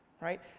Right